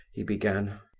he began,